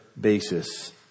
basis